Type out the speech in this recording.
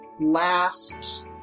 last